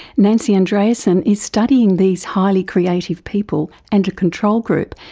nancy andreasen is studying these highly creative people and a control group,